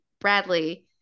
Bradley